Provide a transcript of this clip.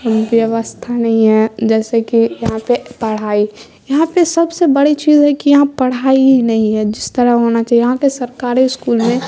ویوستھا نہیں ہے جیسے کہ یہاں پہ پڑھائی یہاں پہ سب سے بڑی چیز ہے کہ یہاں پڑھائی ہی نہیں ہے جس طرح ہونا چاہیے یہاں پہ سرکاری اسکول میں